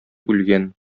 үлгән